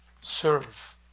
serve